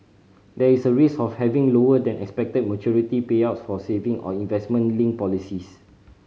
there is a risk of having lower than expected maturity payouts for saving or investment linked policies